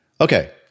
Okay